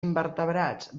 invertebrats